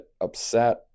upset